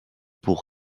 pour